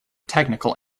technical